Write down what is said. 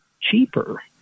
cheaper